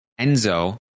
Enzo